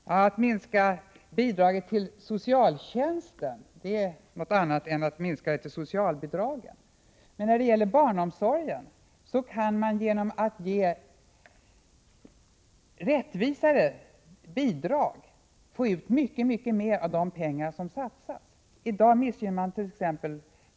Herr talman! Att minska bidraget till socialtjänsten är något annat än att minska socialbidragen. Men när det gäller barnomsorgen kan man genom att ge rättvisare bidrag få ut mycket mer av de pengar som satsas. I dag missgynnar mant.ex.